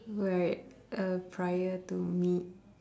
where uh prior to me